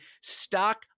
Stock